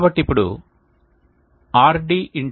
కాబట్టి ఇప్పుడు RD